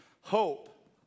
hope